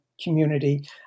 community